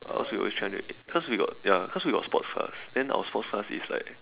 cause we always training ya cause we got sports class then our sports class is like